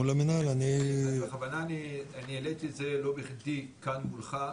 מול המנהל --- בכוונה אני העליתי את זה לא בכדי כאן מולך,